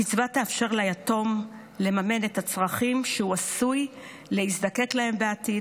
הקצבה תאפשר ליתום לממן את הצרכים שהוא עשוי להזדקק להם בעתיד,